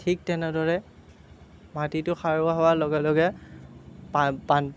ঠিক তেনেদৰে মাটিটো সাৰুৱা হোৱাৰ লগে লগে